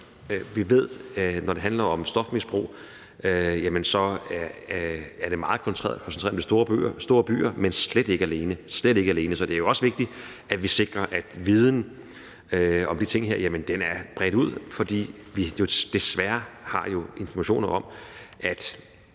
Vi ved, at når det handler om stofmisbrug, er det meget koncentreret i de store byer, men slet ikke alene dér – slet ikke alene dér. Så det er jo også vigtigt, at vi sikrer, at viden om de her ting er bredt ud, for vi har desværre informationer om, at